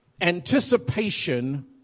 anticipation